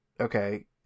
Okay